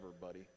buddy